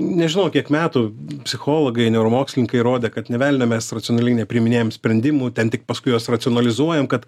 nežinau kiek metų psichologai neuromokslininkai įrodė kad nė velnio mes racionaliai nepriiminėjam sprendimų ten tik paskui juos racionalizuojam kad